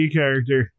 character